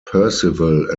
percival